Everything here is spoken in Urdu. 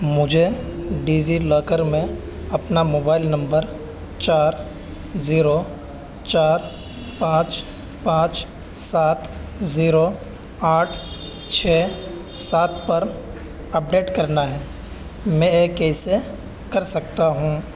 مجھے ڈیجی لاکر میں اپنا موبائل نمبر چار زیرو چار پانچ پانچ سات زیرو آٹھ چھ سات پر اپ ڈیٹ کرنا ہے میں یہ کیسے کر سکتا ہوں